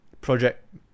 project